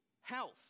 health